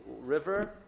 river